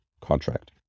contract